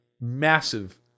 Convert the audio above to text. massive